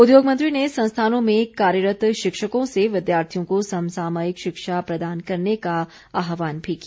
उद्योग मंत्री ने संस्थानों में कार्यरत शिक्षकों से विद्यार्थियों को समसामयिक शिक्षा प्रदान करने का आहवान भी किया